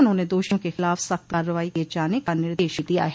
उन्होंने दोषियों के ख़िलाफ़ सख़्त कार्रवाई किये जाने का निर्देश भी दिया है